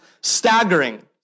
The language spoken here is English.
staggering